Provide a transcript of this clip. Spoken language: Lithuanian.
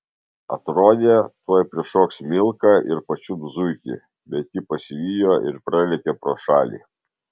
atrodė tuoj prišoks milka ir pačiups zuikį bet ji pasivijo ir pralėkė pro šalį